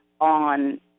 on